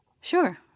Sure